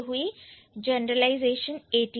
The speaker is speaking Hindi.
यही है जनरलाइजेशन 18